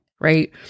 right